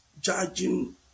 judging